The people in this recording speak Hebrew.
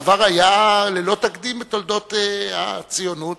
הדבר היה ללא תקדים בתולדות הציונות